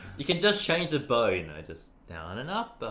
you can just change the bow, you know? just down and up bow.